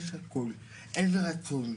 ויש הכול, אין רצון.